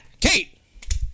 Kate